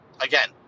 Again